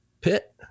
pit